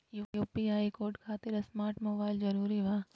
UPI code खातिर smart mobile जरूरी बा?